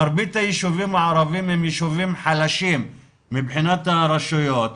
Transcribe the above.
מרבית היישובים הערבים הם יישובים חלשים מבחינת הרשויות,